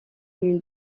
une